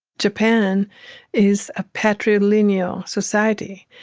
japan is a patrilineal society.